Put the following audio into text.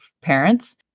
parents